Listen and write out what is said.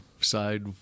side